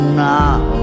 now